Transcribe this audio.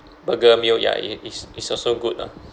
burger meal ya it it's it's also good lah